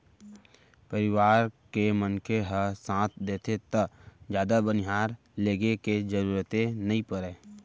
परवार के मनखे ह साथ देथे त जादा बनिहार लेगे के जरूरते नइ परय